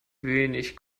wenig